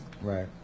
Right